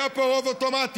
היה פה רוב אוטומטי.